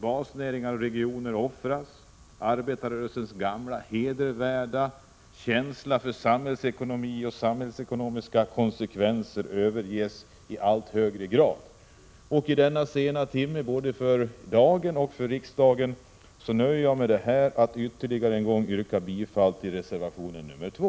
Basnäringar och regioner har offrats, arbetarrörelsens gamla hedervärda känsla för samhällsekonomiska konsekvenser överges i allt högre grad. I denna sena timme både för dagen och för riksdagen nöjer jag mig med att till sist yrka bifall till reservation 2.